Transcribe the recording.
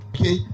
Okay